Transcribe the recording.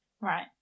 Right